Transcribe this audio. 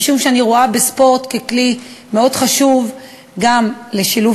משום שאני רואה בספורט כלי מאוד חשוב גם לשילוב